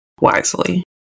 wisely